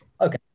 okay